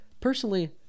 Personally